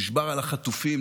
נשבר על החטופים,